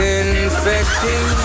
infecting